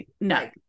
no